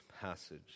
passage